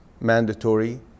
mandatory